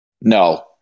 No